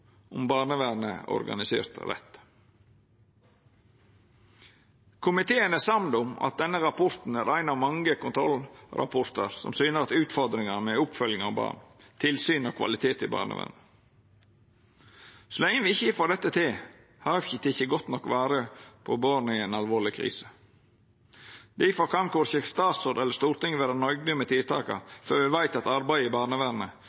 om barnevernet er organisert rett. Komiteen er samd om at denne rapporten er ein av mange kontrollrapportar som syner at det er utfordringar med oppfølginga av born, tilsyn og kvalitet i barnevernet. Så lenge me ikkje får dette til, har me ikkje teke godt nok vare på borna i ei alvorleg krise. Difor kan korkje statsråd eller storting vera nøgde med tiltaka før me veit at arbeidet i barnevernet